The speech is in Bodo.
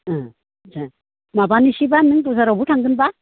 अ माबानिसेबा नों बाजारावबो थांगोनबा